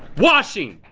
washing.